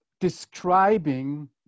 describing